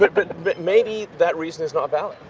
but but but maybe, that reason is not valid,